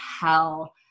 hell